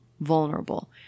vulnerable